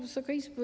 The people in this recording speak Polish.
Wysoka Izbo!